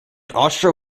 austro